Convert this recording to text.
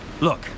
Look